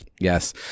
Yes